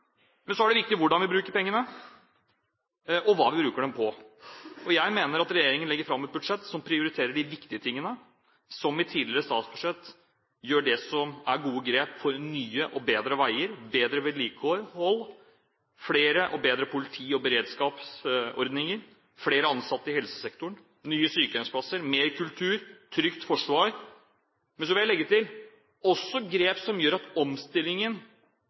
Men så er det viktig hvordan vi bruker pengene, og hva vi bruker dem på. Jeg mener regjeringen legger fram et budsjett som prioriterer de viktige tingene. Som i tidligere statsbudsjett gjør man det som er gode grep for nye og bedre veier, bedre vedlikehold, flere og bedre politi- og beredskapsordninger, flere ansatte i helsesektoren, nye sykehjemsplasser, mer kultur og trygt forsvar. Men så vil jeg legge til at også grep som omstillingen – fornyelse og teknologisering – av offentlig sektor, som gjør at